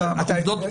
על העובדות --- לא,